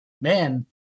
man